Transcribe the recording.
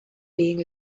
being